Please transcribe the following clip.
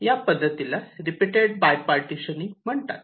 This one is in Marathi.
या पद्धतीला रिपीटटेड बाय पार्टिशनिंग म्हणतात